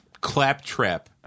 Claptrap